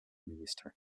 minister